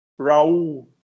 Raul